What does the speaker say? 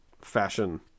fashion